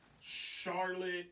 Charlotte